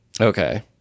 okay